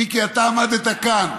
מיקי, אתה עמדת כאן.